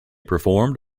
performed